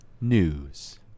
news